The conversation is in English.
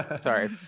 Sorry